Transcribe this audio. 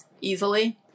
easily